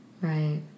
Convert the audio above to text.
Right